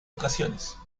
ocasiones